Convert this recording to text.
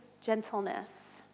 gentleness